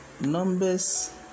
Numbers